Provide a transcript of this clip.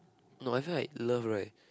no I feel like love right